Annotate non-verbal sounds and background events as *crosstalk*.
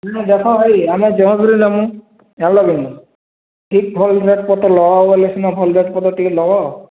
ବୋଲେ ଦେଖ ଭାଇ ଆମେ *unintelligible* ନମୁ *unintelligible* ଠିକ୍ କରି ରେଟ୍ ପତର ଲଗାବ ବୋଲେ ସିନା ଭଲ ରେଟ୍ ପତର ଟିକେ ଲଗାଅ